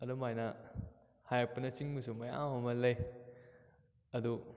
ꯑꯗꯨꯝ ꯍꯥꯏꯅ ꯍꯥꯏꯔꯛꯄꯅ ꯆꯤꯡꯕꯁꯨ ꯃꯌꯥꯝ ꯑꯃ ꯂꯩ ꯑꯗꯨ